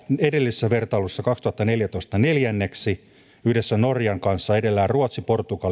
edellisessä vertailussa kaksituhattaneljätoista neljänneksi yhdessä norjan kanssa ja edellä olivat ruotsi portugali ja uusi seelanti